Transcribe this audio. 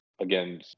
again